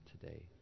today